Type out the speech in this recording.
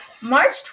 March